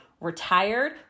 retired